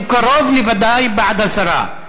הוא קרוב לוודאי בעד הסרה,